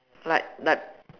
like like